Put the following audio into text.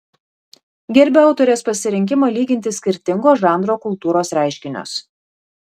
gerbiu autorės pasirinkimą lyginti skirtingo žanro kultūros reiškinius